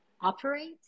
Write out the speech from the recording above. operate